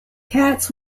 cats